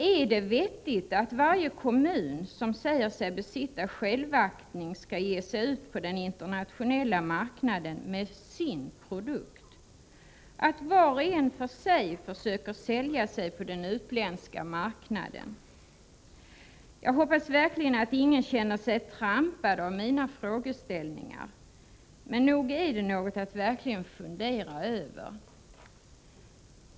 Är det vettigt att varje kommun, som säger sig besitta självaktning, skall ge sig ut på den internationella marknaden med ”sin” produkt, att var och en för sig försöker sälja sig på den utländska marknaden? Jag hoppas verkligen att ingen känner sig ”trampad” av mina frågeställningar, men nog är det något att verkligen fundera över.